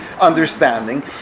understanding